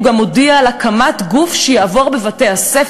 אז הוא גם מודיע על הקמת גוף שיעבור בבתי-הספר